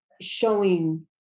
showing